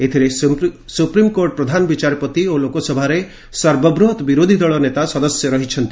ଏଥିରେ ସୁପ୍ରିମ୍କୋର୍ଟ ପ୍ରଧାନ ବିଚାରପତି ଓ ଲୋକସଭାରେ ସର୍ବବୃହତ୍ ବିରୋଧୀ ଦଳର ନେତା ସଦସ୍ୟ ରହିଛନ୍ତି